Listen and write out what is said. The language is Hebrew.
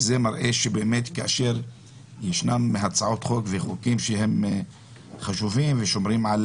הצעות חוק ששומרות על